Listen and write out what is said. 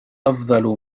أفضل